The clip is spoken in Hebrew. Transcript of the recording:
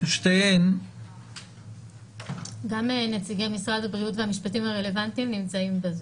גם נציגי משרד הבריאות והמשפטים הרלוונטיים נמצאים בזום.